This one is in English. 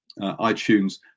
iTunes